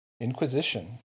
inquisition